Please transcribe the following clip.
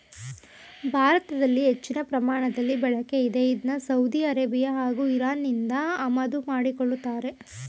ಭಾರತದಲ್ಲಿ ಹೆಚ್ಚಿನ ಪ್ರಮಾಣದಲ್ಲಿ ಬಳಕೆಯಿದೆ ಇದ್ನ ಸೌದಿ ಅರೇಬಿಯಾ ಹಾಗೂ ಇರಾನ್ನಿಂದ ಆಮದು ಮಾಡ್ಕೋತಾರೆ